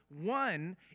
One